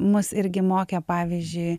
mus irgi mokė pavyzdžiui